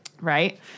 Right